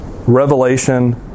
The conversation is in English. Revelation